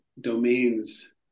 domains